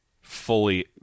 fully